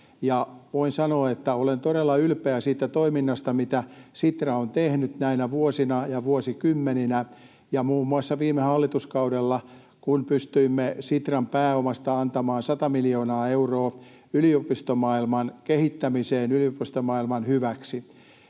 voin sanoa, että olen todella ylpeä siitä toiminnasta, mitä Sitra on tehnyt näinä vuosina ja vuosikymmeninä ja muun muassa viime hallituskaudella, kun pystyimme Sitran pääomasta antamaan 100 miljoonaa euroa yliopistomaailman kehittämiseen, yliopistomaailman hyväksi.